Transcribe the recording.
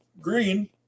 green